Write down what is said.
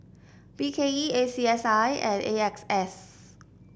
B K E A C S I and A X S